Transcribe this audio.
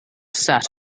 sat